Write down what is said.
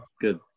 Good